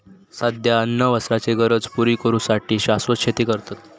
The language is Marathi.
सध्या अन्न वस्त्राचे गरज पुरी करू साठी शाश्वत शेती करतत